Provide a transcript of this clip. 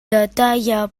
detalla